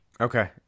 Okay